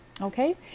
okay